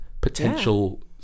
potential